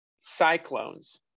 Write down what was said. Cyclones